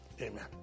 Amen